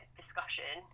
discussion